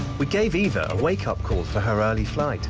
we gave eva a wake-up call for her early flight